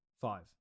Five